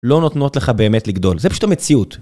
לא נותנות לך באמת לגדול, זה פשוט המציאות.